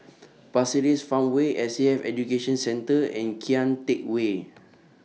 Pasir Ris Farmway S A F Education Centre and Kian Teck Way